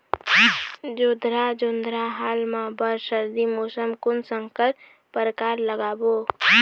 जोंधरा जोन्धरा हाल मा बर सर्दी मौसम कोन संकर परकार लगाबो?